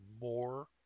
more